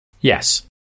Yes